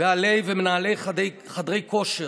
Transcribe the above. בעלי ומנהלי חדרי כושר.